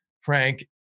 Frank